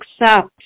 accept